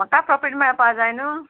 म्हाकाय प्रोफीट मेळपा जाय न्हू